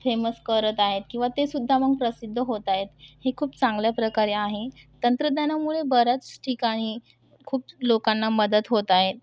famous करत आहेत किंवा ते सुद्धा मग प्रसिद्ध होत आहेत हे खूप चांगल्याप्रकारे आहे तंत्रज्ञानामुळे बऱ्याच ठिकाणी खूप लोकांना मदत होत आहे